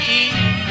eat